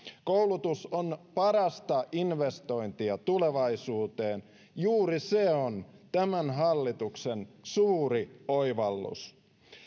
koulutus on parasta investointia tulevaisuuteen juuri se on tämän hallituksen suuri oivallus